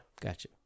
Gotcha